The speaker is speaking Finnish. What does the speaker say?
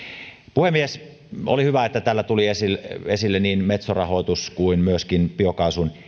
puhemies oli hyvä että täällä tuli esille esille niin metso rahoitus kuin myöskin biokaasun